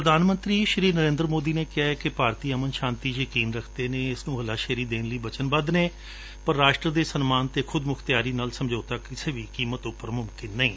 ਪੁਧਾਨ ਮੰਤਰੀ ਨਰੇਂਦਰ ਮੋਦੀ ਨੇ ਕਿਹੈ ਕਿ ਭਾਰਤੀ ਅਮਨ ਸ਼ਾਂਤੀ ਵਿਚ ਯਕੀਨ ਰਖਦੇ ਨੇ ਇਸ ਨੂੰ ਹੱਲਾ ਸ਼ੇਰੀ ਦੇਣ ਲਈ ਬਚਨਬੱਧ ਨੇ ਪਰ ਰਾਸ਼ਟਰ ਦੇ ਸਨਮਾਨ ਅਤੇ ਖੁਦਮੁਖਤਿਆਰੀ ਨਾਲ ਸਮਝੌਤਾ ਕਿਸੇ ਵੀ ਕੀਮਤ ਉਪਰ ਮੁਮਕਿਨ ਨਹੀ